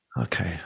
okay